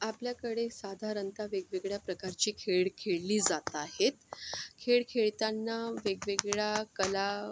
आपल्याकडे साधारणत वेगवेगळया प्रकारचे खेळ खेळली जात आहेत खेळ खेळताना वेगवेगळ्या कला